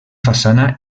façana